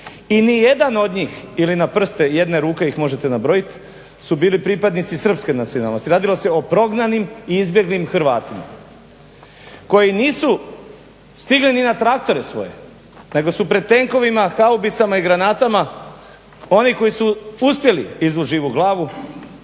i nijedan od njih ili na prste jedne ruke ih možete nabrojiti su bili pripadnici srpske nacionalnosti. Radilo se o prognanim i izbjeglim Hrvatima koji nisu stigli ni na traktore svoje nego su pred tenkovima, haubicama i granatama oni koji su uspjeli izvući živu glavu